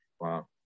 wow